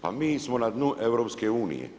Pa mi smo na dnu EU.